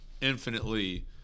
infinitely